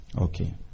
Okay